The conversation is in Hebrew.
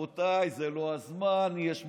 רבותיי, זה לא הזמן, יש מתיחות,